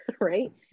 right